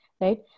right